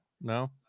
no